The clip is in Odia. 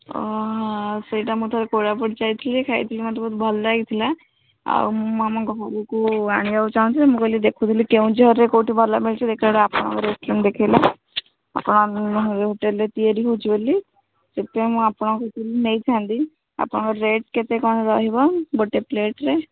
ଅ ହଁ ସେଇଟା ମୁଁ ଥରେ କୋରାପୁଟ ଯାଇଥିଲି ଯେ ଖାଇଥିଲି ମୋତେ ବହୁତ ଭଲ ଲାଗିଥିଲା ଆଉ ମୁଁ ଆମ ଘରକୁ ଆଣିବାକୁ ଚାହୁଁଛି ଯେ ମୁଁ କହିଲି ଦେଖୁଥିଲି କେଉଁଝରରେ କେଉଁଠି ଭଲ ମିଳୁଛି ଦେଖିଲା ବେଳକୁ ଆପଣଙ୍କ ରେଷ୍ଟୁରାଣ୍ଟ୍ ଦେଖାଇଲା ଆପଣଙ୍କ ହୋଟେଲ୍ରେ ତିଆରି ହେଉଛି ବୋଲି ସେଥିପାଇଁ ମୁଁ ଆପଣଙ୍କ କତିରୁ ନେଇଥାନ୍ତି ଆପଣଙ୍କ ରେଟ୍ କେତେ କ'ଣ ରହିବ ଗୋଟେ ପ୍ଲେଟ୍ରେ